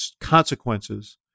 consequences